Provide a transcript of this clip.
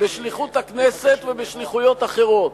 בשליחות הכנסת ובשליחויות אחרות